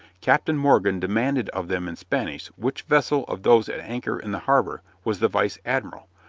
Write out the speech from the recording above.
captain morgan demanded of them in spanish which vessel of those at anchor in the harbor was the vice admiral,